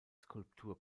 skulptur